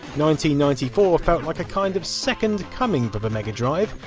ninety ninety four felt like a kind of second coming for the mega drive.